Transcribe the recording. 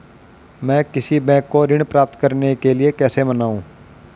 मैं किसी बैंक को ऋण प्राप्त करने के लिए कैसे मनाऊं?